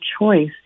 choice